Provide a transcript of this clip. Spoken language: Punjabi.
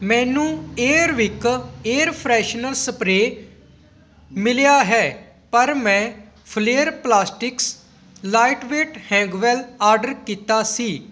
ਮੈਨੂੰ ਏਅਰਵਿਕ ਏਅਰ ਫਰੈਸ਼ਨਰ ਸਪਰੇਅ ਮਿਲਿਆ ਹੈ ਪਰ ਮੈਂ Flair plastics lightweight hangwell order ਕੀਤਾ ਸੀ